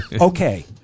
Okay